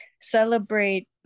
celebrate